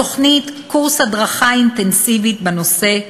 בתוכנית יש קורס הדרכה אינטנסיבי בנושא.